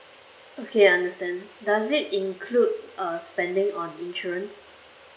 okay understand does it include uh spending on insurance